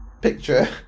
picture